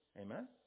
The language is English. Amen